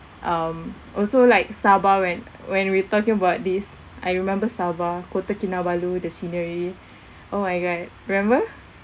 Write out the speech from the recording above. um also like sabah when when we talking about this I remember sabah kota kinabalu the scenery oh my god remember